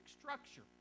structure